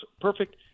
perfect